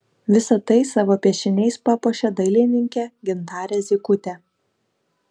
visa tai savo piešiniais papuošė dailininkė gintarė zykutė